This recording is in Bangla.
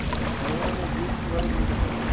অনলাইনে বীজ কীভাবে কিনতে পারি?